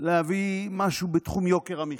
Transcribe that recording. להביא משהו בתחום יוקר המחיה,